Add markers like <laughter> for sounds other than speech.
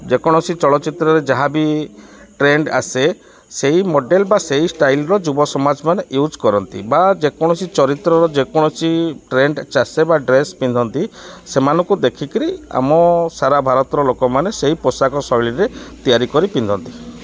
ଯେ କୌଣସି ଚଳଚ୍ଚିତ୍ରରେ ଯାହାବି ଟ୍ରେଣ୍ଡ ଆସେ ସେଇ ମଡ଼େଲ୍ ବା ସେଇ ଷ୍ଟାଇଲ୍ର ଯୁବ ସମାଜ ମାନେ ୟୁଜ୍ କରନ୍ତି ବା ଯେକୌଣସି ଚରିତ୍ରର ଯେକୌଣସି ଟ୍ରେଣ୍ଡ <unintelligible> ବା ଡ୍ରେସ୍ ପିନ୍ଧନ୍ତି ସେମାନଙ୍କୁ ଦେଖିକିରି ଆମ ସାରା ଭାରତର ଲୋକମାନେ ସେଇ ପୋଷାକ ଶୈଳୀରେ ତିଆରି କରି ପିନ୍ଧନ୍ତି